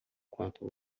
quanto